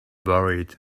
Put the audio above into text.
worried